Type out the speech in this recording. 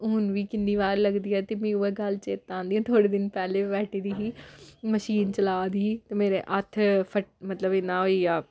हून बी किन्नी बार लगदी ऐ ते मिगी उ'ऐ गल्ल चेतां आंदियां थोह्ड़े दिन पैह्लें बैठी दी ही मशीन चला दी ही ते मेरे हत्थ फट मतलब इ'यां होई गेआ